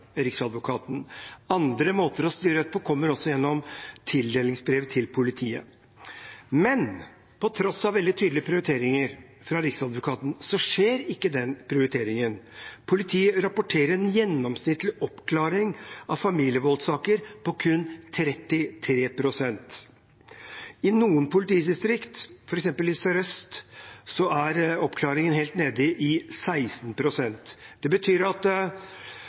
Andre måter å styre dette på, kommer gjennom tildelingsbrev til politiet. Men på tross av veldig tydelige prioriteringer fra Riksadvokaten skjer ikke den prioriteringen. Politiet rapporterer om en gjennomsnittlig oppklaring av familievoldssaker på kun 33 pst. I noen politidistrikt, f.eks. i Sør-Øst, er oppklaringen helt nede i 16 pst. Det betyr at